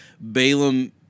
Balaam